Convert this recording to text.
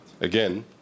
again